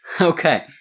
Okay